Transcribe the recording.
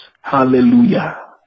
Hallelujah